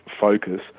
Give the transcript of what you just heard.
Focus